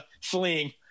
fleeing